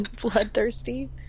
bloodthirsty